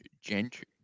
Gentry